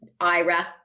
Ira